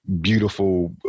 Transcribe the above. beautiful